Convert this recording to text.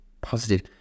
positive